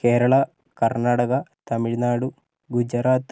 Kerala Karnataka Tamil Nadu Gujarat